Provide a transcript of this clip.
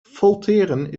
folteren